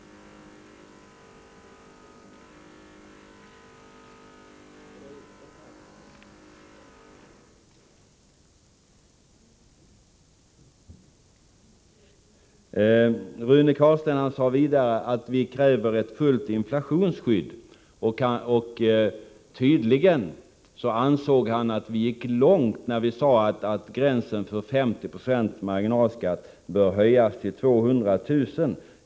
Rune Carlstein sade vidare att vi kräver ett fullständigt inflationsskydd. Han ansåg tydligen att vi gick långt när vi sade att gränsen för 50 procents marginalskatt bör höjas till 200 000 kr.